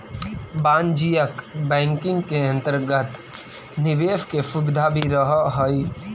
वाणिज्यिक बैंकिंग के अंतर्गत निवेश के सुविधा भी रहऽ हइ